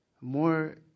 More